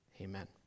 amen